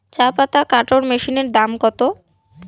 চাপাতা কাটর মেশিনের দাম কত?